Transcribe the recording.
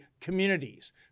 communities